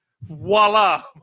Voila